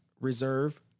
reserve